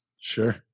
Sure